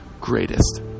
Greatest